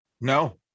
No